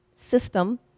system